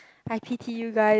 I pity you guys